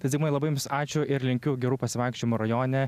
tai zigmai labai jums ačiū ir linkiu gerų pasivaikščiojimų rajone